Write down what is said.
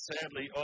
Sadly